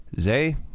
Zay